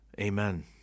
Amen